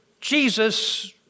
Jesus